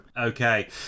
Okay